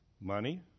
money